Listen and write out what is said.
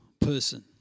person